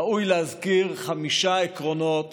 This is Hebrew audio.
ראוי להזכיר חמישה עקרונות